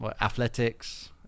athletics